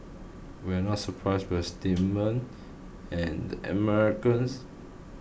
we are not surprised by statement and Americans